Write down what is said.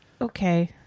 Okay